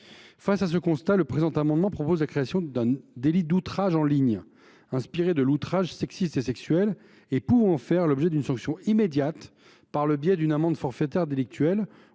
Face à ce constat, le présent amendement vise à créer un délit d’outrage en ligne, inspiré de l’outrage sexiste et sexuel et pouvant faire l’objet d’une sanction immédiate par le biais d’une amende forfaitaire délictuelle,